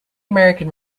american